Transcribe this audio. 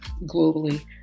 globally